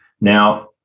Now